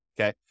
okay